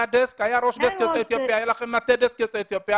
היה לכם מטה דסק יוצאי אתיופיה.